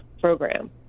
program